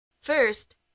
First